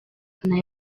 nayo